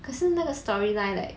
可是那个 storyline like